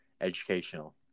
educational